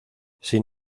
sin